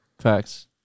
Facts